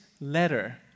letter